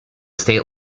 state